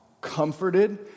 comforted